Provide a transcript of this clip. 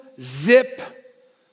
zip